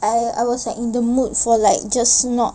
I I was like in the mood for like just not